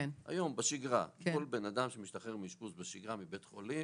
היום בשגרה כל בן אדם שמשתחרר מאשפוז מבית חולים,